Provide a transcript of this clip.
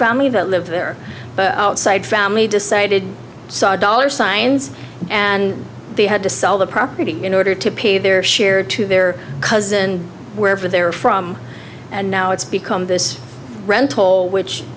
family that lived there but outside family decided saw dollar signs and they had to sell the property in order to pay their share to their cousin wherever they were from and now it's become this rental which